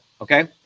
Okay